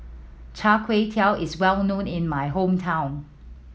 chai kway tow is well known in my hometown